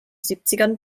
siebzigern